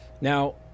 Now